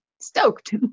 stoked